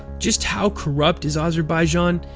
just how corrupt is azerbaijan?